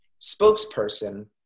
spokesperson